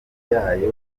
yayo